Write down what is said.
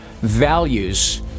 values